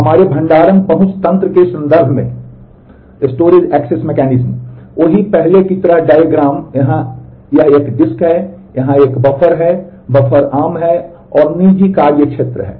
तो हमारे भंडारण पहुंच तंत्र के संदर्भ में वही पहले की तरह डायग्राम यह यहां एक डिस्क है यहां एक बफर है बफर आम है और निजी कार्य क्षेत्र है